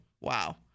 Wow